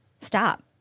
stop